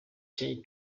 change